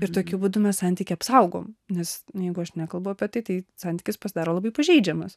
ir tokiu būdu mes santykį apsaugom nes na jeigu aš nekalbu apie tai santykis pasidaro labai pažeidžiamas